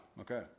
Okay